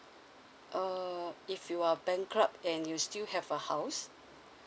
err if you are bankrupt and you still have a house